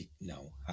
no